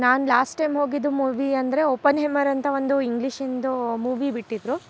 ನಾನು last time ಹೋಗಿದ್ದು movie ಅಂದರೆ ಒಪೆನ್ಹೇಮರ್ ಅಂತ ಒಂದು ಇಂಗ್ಲೀಷಿಂದು ಮೂವಿ ಬಿಟ್ಟಿದ್ರು